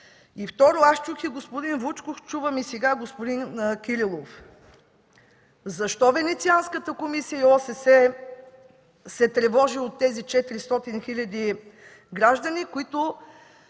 И второ, аз чух и господин Вучков, чувам и сега господин Кирилов – защо Венецианската комисия и ОССЕ се тревожат от тези 400 хиляди граждани, които